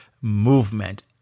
movement